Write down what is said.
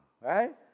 right